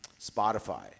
Spotify